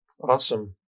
Awesome